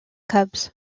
cubs